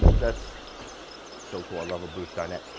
that's so cool, i love a booth dinette.